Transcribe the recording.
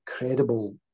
incredible